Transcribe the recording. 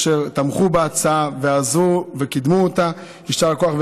אשר תמכו בהצעה ועזרו וקידמו אותה, יישר כוח.